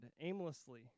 aimlessly